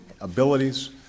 abilities